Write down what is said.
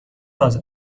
باز